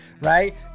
Right